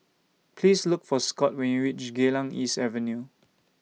Please Look For Scott when YOU REACH Geylang East Avenue